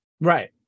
Right